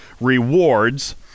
rewards